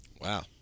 Wow